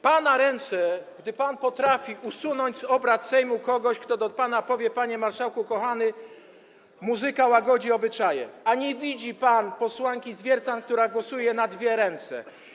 Pana ręce, gdy pan potrafi usunąć z obrad Sejmu kogoś, kto do pana powie: Panie marszałku kochany, muzyka łagodzi obyczaje, a nie widzi pan posłanki Zwiercan, która głosuje na dwie ręce.